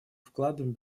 вкладом